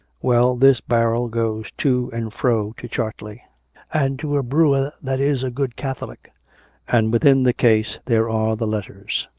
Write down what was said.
well, this barrel goes to and fro to chartley and to a brewer that is a good catholic and within the case there are the letters.